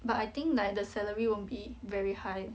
but I think like the salary won't be very high